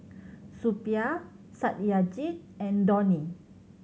Suppiah Satyajit and Dhoni